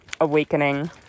awakening